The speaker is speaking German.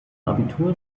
abitur